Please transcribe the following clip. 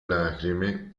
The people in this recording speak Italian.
lacrime